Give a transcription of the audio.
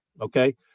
Okay